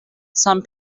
some